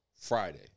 Friday